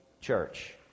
church